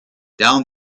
down